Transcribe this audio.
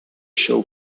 show